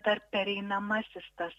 dar pereinamasis tas